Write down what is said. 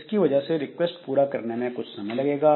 इसकी वजह से रिक्वेस्ट पूरा करने में कुछ समय लगेगा